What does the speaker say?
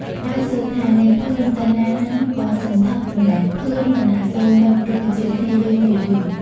ផ្ដៅសួរថា នែភឿនទៅណាហ្នឹងក៏សន្ធឹកម្ល៉េះ ភឿនមិនអាសូរមិត្តរុក្ខជាតិគ្នាយើងទេឬ ?។